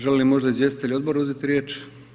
Žele li možda izvjestitelji odbora uzeti riječ?